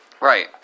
Right